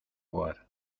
hogar